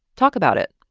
talk about it.